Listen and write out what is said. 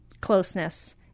closeness